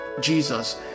Jesus